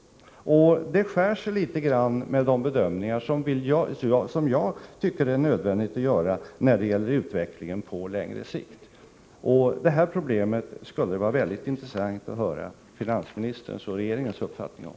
Det skär sig med de bedömningar som jag tycker att det är nödvändigt att göra när det gäller utvecklingen på längre sikt. Det här problemet skulle det vara väldigt intressant att höra finansministerns och regeringens uppfattning om.